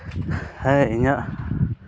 ᱦᱮᱸ ᱤᱧᱟᱹᱜ